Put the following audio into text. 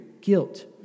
guilt